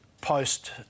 post